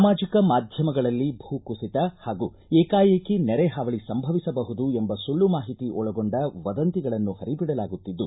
ಸಾಮಾಜಿಕ ಮಾಧ್ಯಮಗಳಲ್ಲಿ ಭೂ ಕುಸಿತ ಹಾಗೂ ಏಕಾಏಕಿ ನೆರೆ ಹಾವಳಿ ಸಂಭವಿಸಬಹುದು ಎಂಬ ಸುಳ್ಳು ಮಾಹಿತಿ ಒಳಗೊಂಡ ವದಂತಿಗಳನ್ನು ಹರಿಬಿಡಲಾಗುತ್ತಿದ್ದು